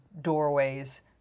doorways